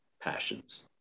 passions